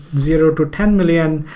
zero to ten million,